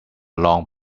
long